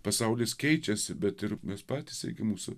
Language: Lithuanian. pasaulis keičiasi bet ir mes patys taigi mūsų